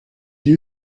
you